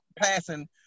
passing